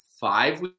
five